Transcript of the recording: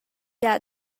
gia